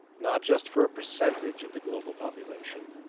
not just for a percentage of the global population,